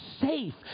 safe